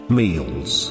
meals